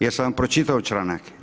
Jesam vam pročitao članak?